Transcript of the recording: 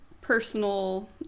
personal